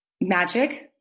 magic